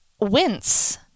wince